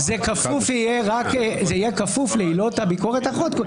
זה יהיה כפוף רק לעילות הביקורת האחרות.